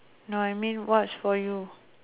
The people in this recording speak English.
no I mean what's for you